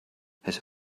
his